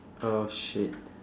oh shit